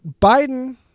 Biden